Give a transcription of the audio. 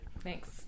thanks